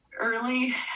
early